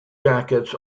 jackets